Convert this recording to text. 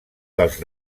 dels